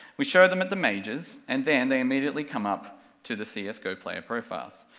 we show them at the majors, and then they immediately come up to the cs go player profiles.